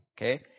okay